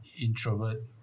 introvert